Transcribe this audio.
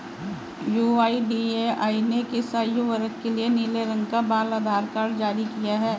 UIDAI ने किस आयु वर्ग के लिए नीले रंग का बाल आधार कार्ड जारी किया है?